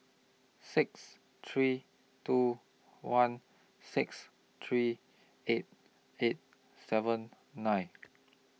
six three two one six three eight eight seven nine